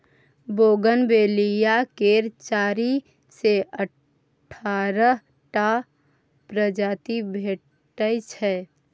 bougainvillea केर चारि सँ अठारह टा प्रजाति भेटै छै